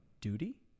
duty